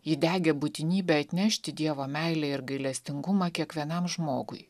ji degė būtinybe atnešti dievo meilę ir gailestingumą kiekvienam žmogui